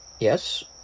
Yes